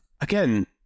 again